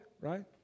right